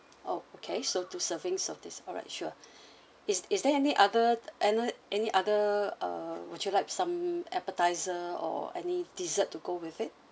oh okay so two servings of this alright sure is is there any other any any other uh would you like some appetizers or any dessert to go with it